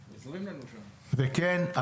וכן,